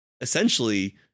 essentially